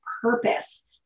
purpose